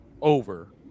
over